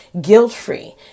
guilt-free